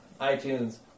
iTunes